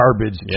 garbage